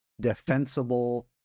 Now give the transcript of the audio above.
defensible